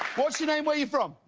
what is your name, where are you from.